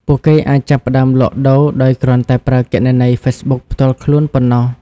ពួកគេអាចចាប់ផ្តើមលក់ដូរដោយគ្រាន់តែប្រើគណនីហ្វេសប៊ុកផ្ទាល់ខ្លួនប៉ុណ្ណោះ។